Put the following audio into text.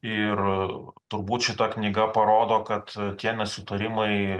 ir turbūt šita knyga parodo kad tie nesutarimai